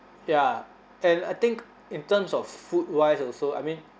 ya and I think in terms of food wise also I mean